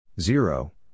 zero